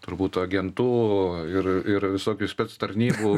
turbūt agentų ir ir visokių spec tarnybų